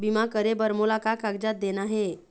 बीमा करे बर मोला का कागजात देना हे?